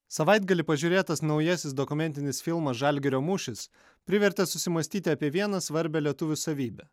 savaitgalį pažiūrėtas naujasis dokumentinis filmas žalgirio mūšis privertė susimąstyti apie vieną svarbią lietuvių savybę